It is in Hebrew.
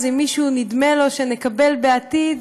אם למישהו נדמה שנקבל בעתיד,